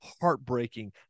heartbreaking